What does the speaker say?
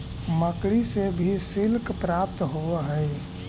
मकड़ि से भी सिल्क प्राप्त होवऽ हई